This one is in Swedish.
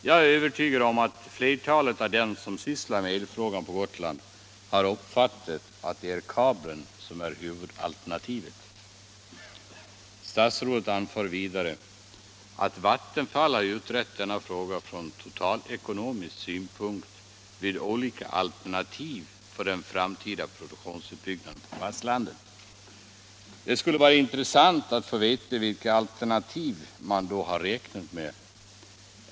Jag är övertygad om att flertalet av dem som sysslar med elfrågan på Gotland har uppfattat kabeln som huvudalternativet. Statsrådet anför vidare att Vattenfall har utrett denna fråga från totalekonomisk synpunkt vid olika alternativ för den framtida produktionsutbyggnaden på fastlandet. Det skulle vara intressant att veta vilka alternativ man då har räknat med.